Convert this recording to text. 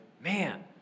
man